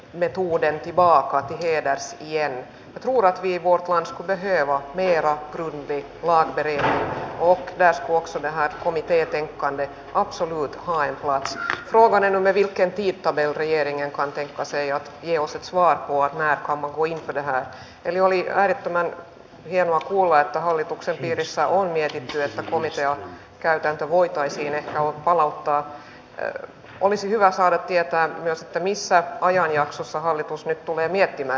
nyt uuden kivaahan vieras vielä en varmasti ole ensimmäinen ihminen joka kuvittelisi olevansa täällä kovasti puhumassa poliisiasioista mutta kyllä nyt on aika sellainen että on pakko kysyä teiltä onko se eettisesti oikeanlaista toimintaa että me tietoisesti katsomme että poliisitoimen toimintamenoja ei voi nostaa erityisesti niillä alueilla joilla me koemme että poliisia tarvittaisiin kansallisen eettisen omantunnon vahvistamiseksi